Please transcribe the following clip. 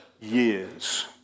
years